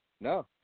No